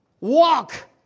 walk